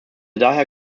daher